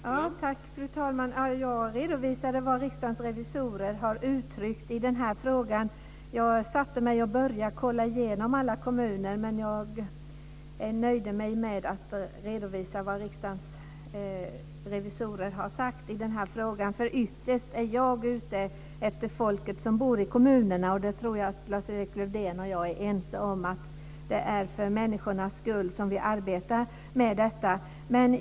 Fru talman! Jag redovisade vad Riksdagens revisorer har uttryckt i den här frågan. Jag började kolla igenom alla kommuner, men jag nöjde mig med att redovisa vad Riksdagens revisorer har sagt i den här frågan. Ytterst är jag ute efter folket som bor i kommunerna. Jag tror att Lars-Erik Lövdén och jag är ense om att det är för människornas skull vi arbetar med detta.